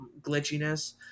glitchiness